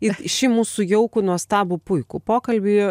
į šį mūsų jaukų nuostabų puikų pokalbį